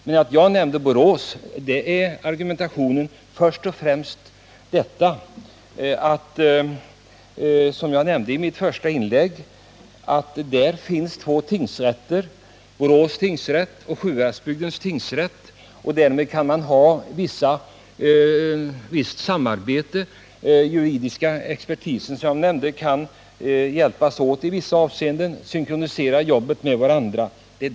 Men att jag nämnde Borås i mitt första inlägg beror på att det finns två tingsrätter som kan ha visst samarbete, nämligen Borås tingsrätt och Sjuhäradsbygdens tingsrätt. Den juridiska expertisen kan, som jag nämnde, hjälpas åt i vissa avseenden och synkronisera sitt arbete.